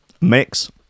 mix